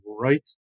right